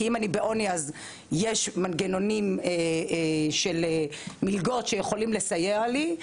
כי אם אני בעוני אז יש מנגנונים של מלגות שיכולים לסייע לי,